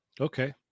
okay